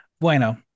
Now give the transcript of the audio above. Bueno